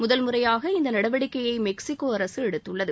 முதல் முறையாக இந்த நடவடிக்கையை மெக்சிகோ அரசு எடுத்துள்ளது